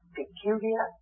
peculiar